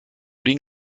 den